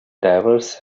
diverse